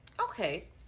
Okay